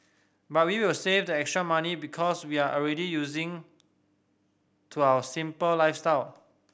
but we will save the extra money because we are already using to our simple lifestyle